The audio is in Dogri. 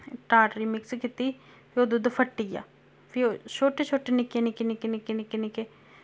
टाटरी मिक्स कीती फ्ही ओह् दुद्ध फट्टी गेआ फ्ही ओह् छोटे छोटे निक्के निक्के निक्के निक्के निक्के निक्के